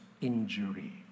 injury